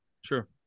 Sure